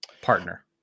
partner